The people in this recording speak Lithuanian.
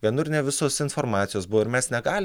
vienur ne visos informacijos buvo ir mes negali